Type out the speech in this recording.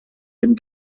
dem